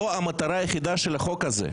זאת המטרה היחידה של החוק הזה.